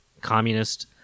communist